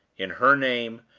in her name,